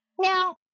Now